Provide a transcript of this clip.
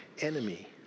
enemy